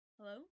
Hello